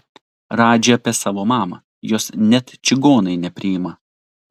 radži apie savo mamą jos net čigonai nepriima